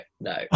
no